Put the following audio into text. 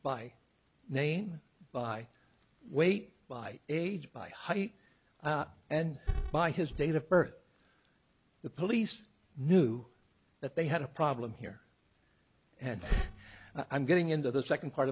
by name by weight by age by height and by his date of birth the police knew that they had a problem here and i'm getting into the second part